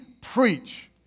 preach